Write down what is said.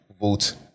vote